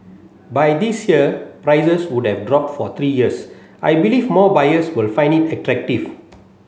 by this year prices would have dropped for three years I believe more buyers will find it attractive